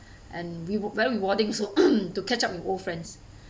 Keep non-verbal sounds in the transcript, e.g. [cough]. and we were very rewarding also [noise] to catch up with old friends